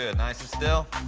and nice and still.